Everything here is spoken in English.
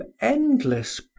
endless